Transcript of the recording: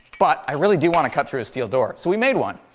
but i really do want to cut through a steel door. so we made one!